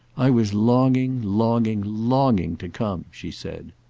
i was longing, longing, longing to come, she said.